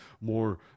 more